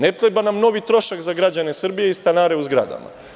Ne treba nam novi trošak za građane Srbije i stanare u zgradama.